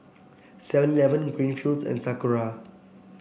Seven Eleven Greenfields and Sakura